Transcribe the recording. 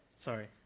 sorry